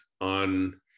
on